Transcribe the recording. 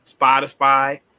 Spotify